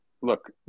Look